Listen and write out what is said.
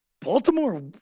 Baltimore